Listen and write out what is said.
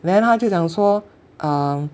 then 他就讲说